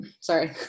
sorry